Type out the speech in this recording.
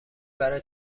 برای